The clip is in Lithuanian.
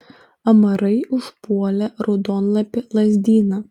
amarai užpuolė raudonlapį lazdyną